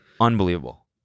Unbelievable